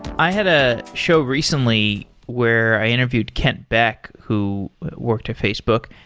i had a show recently where i interviewed kent back who worked to facebook,